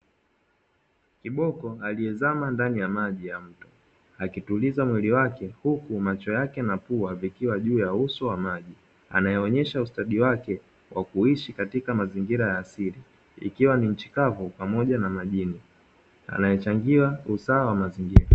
Kiboko aliezama ndani ya maji ya mto akituliza mwili wake, huku macho yake na pua vikiwa juu ya uso wa maji. Anaeonesha ustadi wake kwa kuishi katika mazingira ya asili ikiwa ni nchi kavu pamoja na majini, anaechangia usawa wa mazingira.